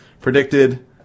predicted